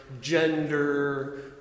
gender